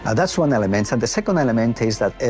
and that's one element. and the second element is that,